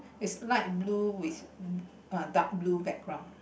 is light blue with mm uh dark blue background